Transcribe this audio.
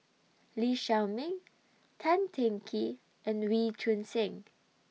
Lee Shao Meng Tan Teng Kee and Wee Choon Seng